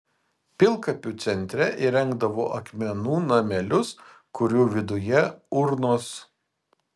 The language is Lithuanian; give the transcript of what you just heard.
pilkapių centre įrengdavo akmenų namelius kurių viduje urnos